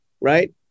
Right